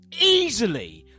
easily